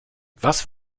was